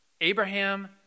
Abraham